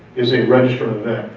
is a registered